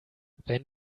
wenn